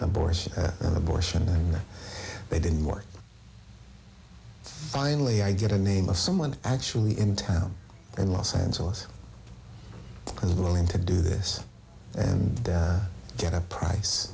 abortion abortion and they didn't work finally i get a name of someone actually in town in los angeles because willing to do this and get a price